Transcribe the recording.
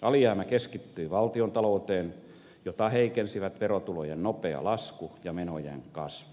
alijäämä keskittyi valtiontalouteen jota heikensivät verotulojen nopea lasku ja menojen kasvu